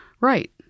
Right